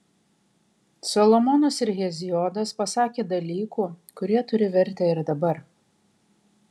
solomonas ir heziodas pasakė dalykų kurie turi vertę ir dabar